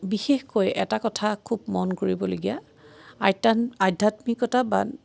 বিশেষকৈ এটা কথা খুব মন কৰিবলগীয়া আত্যান আধ্যাত্মিকতাবাদ